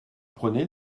prenez